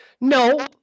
No